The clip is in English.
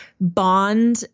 bond